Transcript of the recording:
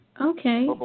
okay